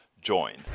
join